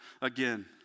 again